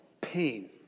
pain